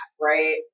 right